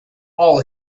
all